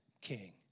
king